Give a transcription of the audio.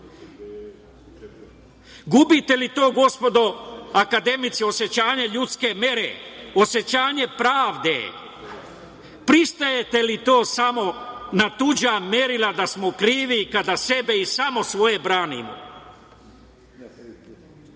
Gubite li to, gospodo akademici, osećanje ljudske mere, osećanje pravde? Pristajete li to samo na tuđa merila da smo krivi kada sebe i samo svoje branimo? Smeta